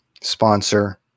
sponsor